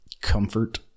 comfort